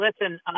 listen –